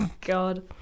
God